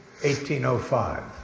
1805